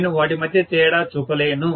నేను వాటి మధ్య తేడా చూపలేను